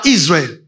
Israel